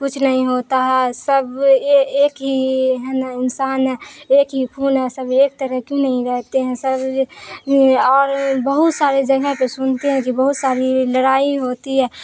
کچھ نہیں ہوتا ہے سب ایک ہی ہے نا انسان ہے ایک ہی خون ہے سب ایک طرح کیوں نہیں رہتے ہیں سب اور بہت ساری جگہ پہ سنتے ہیں کہ بہت ساری لڑائی ہوتی ہے